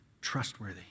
trustworthy